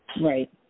Right